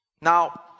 Now